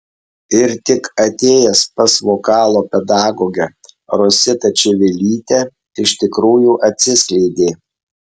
ir tik atėjęs pas vokalo pedagogę rositą čivilytę iš tikrųjų atsiskleidė